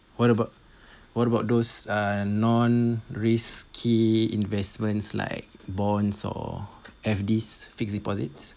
what about what about those uh non-risky investments like bonds or F_Ds fixed deposits